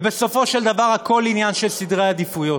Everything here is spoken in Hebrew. ובסופו של דבר הכול עניין של סדרי עדיפויות.